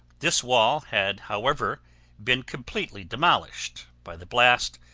this wall had however been completely demolished by the blast,